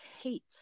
hate